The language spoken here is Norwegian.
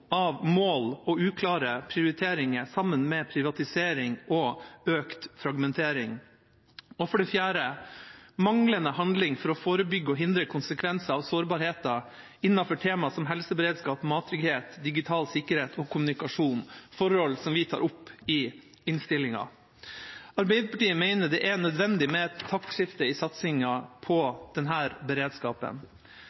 av mål og uklare prioriteringer sammen med privatisering og økt fragmentering. For det fjerde er det manglende handling for å forebygge og hindre konsekvenser av sårbarheten innenfor tema som helseberedskap, mattrygghet, digital sikkerhet og kommunikasjon – forhold som vi tar opp i innstillinga. Arbeiderpartiet mener det er nødvendig med et taktskifte i satsingen på